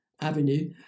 avenue